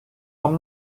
вам